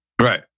Right